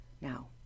Now